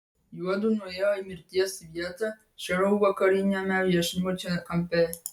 juodu nuėjo į mirties vietą šiaurvakariniame viešbučio kampe